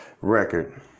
record